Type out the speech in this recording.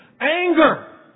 Anger